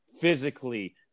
physically